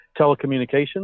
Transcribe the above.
telecommunications